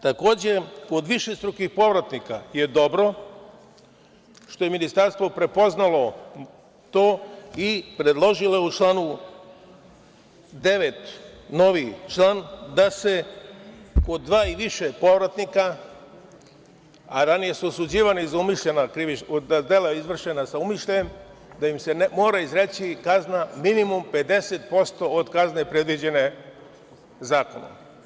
Takođe, kod višestrukih povratnika je dobro što je Ministarstvo prepoznalo to i predložilo u članu 9. novi član, da se kod dva i više povratnika, a ranije su osuđivani za dela izvršena sa umišljenim da im se mora izreći kazna minimum 50% od kazne predviđene zakonom.